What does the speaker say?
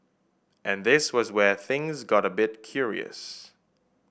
and this was where things got a bit curious